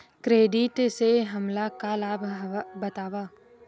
Credit से हमला का लाभ हे बतावव?